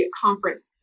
conference